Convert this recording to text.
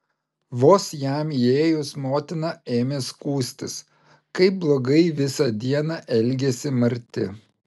vos jam įėjus motina ėmė skųstis kaip blogai visą dieną elgėsi marti